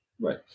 Right